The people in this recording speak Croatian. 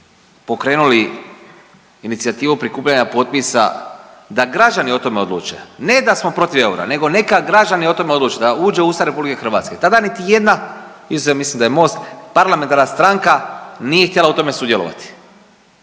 pokrenuli inicijativu prikupljanja potpisa da građani o tome odluče. Ne da smo protiv eura, nego neka građani o tome odluče da uđe u Ustav Republike Hrvatske. Tada niti jedna, izuzev mislim da je MOST parlamentarna stranka nije htjela o tome sudjelovati,